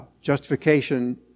Justification